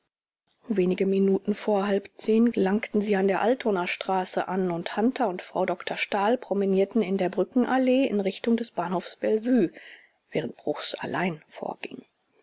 wenige minuten vor halb zehn langten sie an der altonaer straße an und hunter und frau doktor stahl promenierten in der brückenallee in richtung des bahnhofs bellevue während bruchs allein vorging